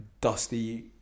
dusty